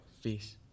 face